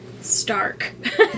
stark